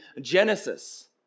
Genesis